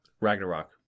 Ragnarok